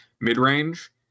mid-range